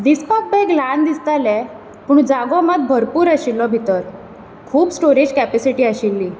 दिसपाक बॅग ल्हान दिसतालें पूण जागो मात भरपूर आशिल्लो भितर खूब स्टोरेज कॅपेसिटी आशिल्ली